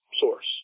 source